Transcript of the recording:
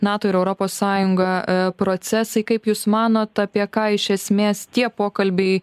nato ir europos sąjungą procesai kaip jūs manot apie ką iš esmės tie pokalbiai